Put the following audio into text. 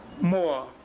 more